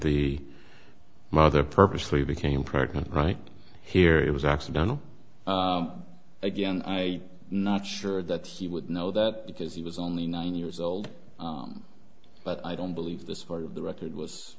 the mother purposely became pregnant right here it was accidental again i not sure that he would know that because he was only nine years old but i don't believe this part of the record was